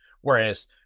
whereas